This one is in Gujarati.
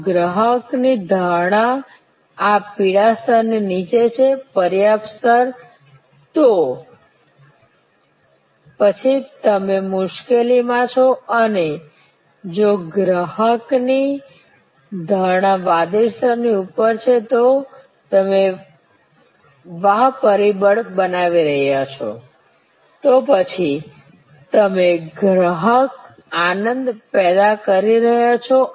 જો ગ્રાહકની ધારણા આ પીળા સ્તરથી નીચે છે પર્યાપ્ત સ્તર તો પછી તમે મુશ્કેલીમાં છો અને જો ગ્રાહકની ધારણા વાદળી સ્તરથી ઉપર છે તો તમે વાહ પરિબળ બનાવી રહ્યા છો તો પછી તમે ગ્રાહક આનંદ પેદા કરી રહ્યા છો